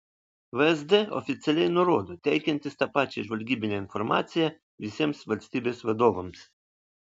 vsd oficialiai nurodo teikiantis tą pačią žvalgybinę informaciją visiems valstybės vadovams